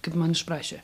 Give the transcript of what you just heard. kaip man išprašė